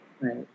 Right